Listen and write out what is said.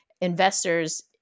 investors